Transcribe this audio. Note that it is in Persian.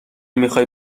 میخای